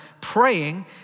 praying